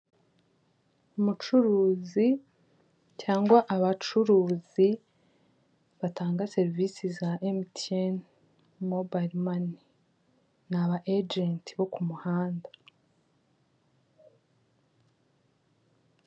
Umucuruzi cyangw abacuruzi batanga serivisi za emutiyeni mobayiro ni aba ejenti bo kumuhanda.